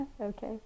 okay